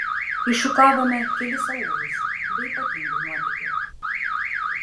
iššukavome kelis aūlus be ypatingų nuotykių